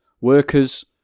workers